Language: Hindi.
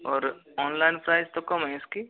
और ओनलाइन प्राइज़ तो कम है इसकी